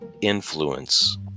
influence